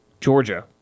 Georgia